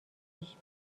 پیش